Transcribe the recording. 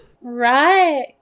Right